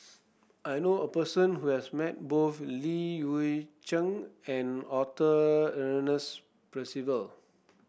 I knew a person who has met both Li Hui Cheng and Arthur Ernest Percival